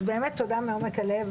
אז באמת תודה מעומק הלב,